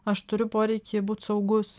aš turiu poreikį būt saugus